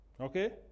Okay